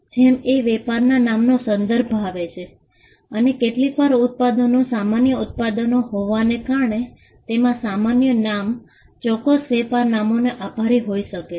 જેમ એ વેપારના નામનો સંદર્ભ આપે છે અને કેટલીકવાર ઉત્પાદનો સામાન્ય ઉત્પાદનો હોવાને કારણે તેના સામાન્ય નામ ચોક્કસ વેપાર નામોને આભારી હોઈ શકે છે